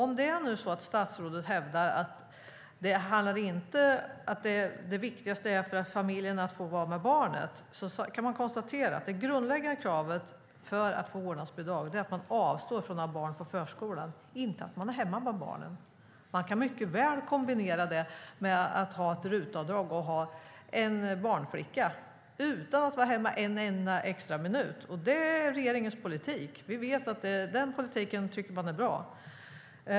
Om statsrådet nu hävdar att det viktigaste är att familjerna får vara med barnen kan vi konstatera att det grundläggande kravet för att få vårdnadsbidrag är att man avstår från att ha barn på förskolan, inte att man är hemma med barnen. Man kan mycket väl kombinera det med att ha ett RUT-avdrag och ha en barnflicka, utan att vara hemma en enda extra minut. Det är regeringens politik. Vi vet att ni tycker att den politiken är bra.